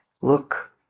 Look